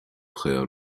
frère